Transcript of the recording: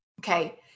Okay